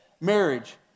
marriage